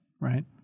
Right